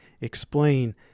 explain